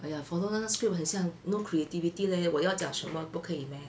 !aiya! follow 那个 script 很像 no creativity leh 我要讲什么不可以 meh